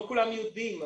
לא כולם יודעים,